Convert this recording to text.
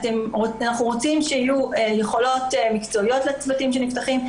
אנחנו רוצים שיהיו יכולות מקצועיות לצוותים שנפתחים,